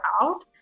out